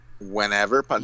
Whenever